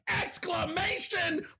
Exclamation